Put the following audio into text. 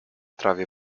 trawie